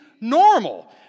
Normal